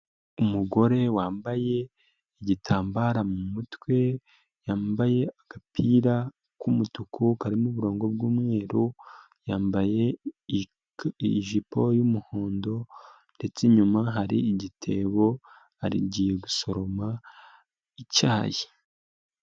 Umugore wambaye igitambaro mu mutwe, yambaye agapira k'umutuku karimo uburongo bw'umweru, yambaye ijipo y'umuhondo ndetse inyuma hari igitebo agiye gusoroma icyayi.